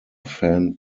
fan